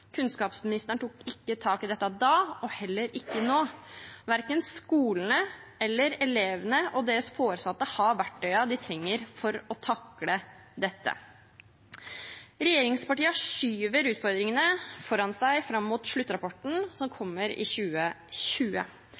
Kunnskapsministeren tok ikke tak i dette da og gjør det heller ikke nå. Verken skolene eller elevene og deres foresatte har verktøyet de trenger for å takle dette. Regjeringspartiene skyver utfordringene foran seg fram mot sluttrapporten, som kommer i 2020,